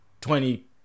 twenty